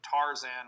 Tarzan